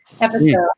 episode